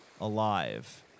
alive